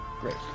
Great